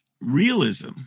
realism